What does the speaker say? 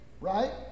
right